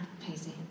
Pacey